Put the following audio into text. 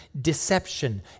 deception